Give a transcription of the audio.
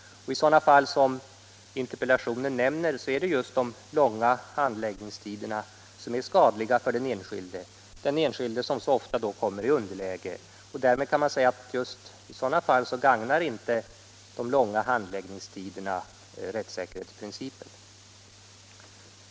I sådana fall som nämns i interpellationen är det just de långa handläggningstiderna som är skadliga för den enskilde, som ofta kommer i underläge. Därmed kan man säga att i just sådana fall gagnar inte de långa handläggningstiderna rättssäkerhetsprincipen.